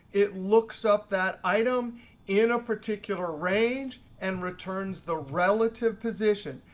it looks up that item in a particular range and returns the relative position.